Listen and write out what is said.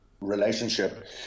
relationship